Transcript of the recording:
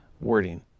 wording